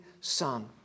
son